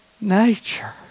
nature